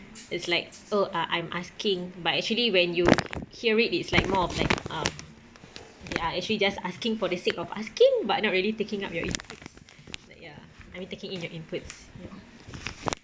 it's like oh uh I'm asking but actually when you hear it it's like more of like um ya actually just asking for the sake of asking but not really picking up your inputs like ya I mean taking in your inputs